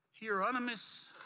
Hieronymus